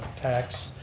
tax,